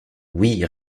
oui